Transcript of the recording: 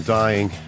dying